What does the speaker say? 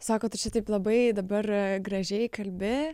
sako tu čia taip labai dabar gražiai kalbi